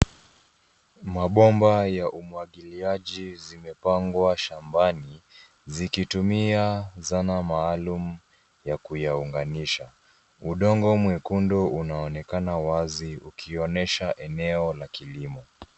Mabomba ya umwagiliaji zimepangwa shambani zikitumia zana maalum ya kuyaunganisha. Udongo mwekundu unaonekana wazi ukionyesha eneo la kilimo.